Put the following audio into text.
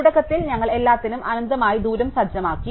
അതിനാൽ തുടക്കത്തിൽ ഞങ്ങൾ എല്ലാത്തിനും അനന്തമായി ദൂരം സജ്ജമാക്കി